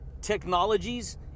technologies